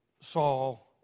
Saul